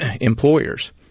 employers